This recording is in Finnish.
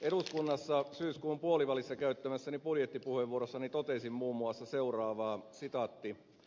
eduskunnassa syyskuun puolivälissä käyttämässäni budjettipuheenvuorossani totesin muun muassa seuraavaa